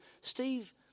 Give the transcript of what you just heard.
Steve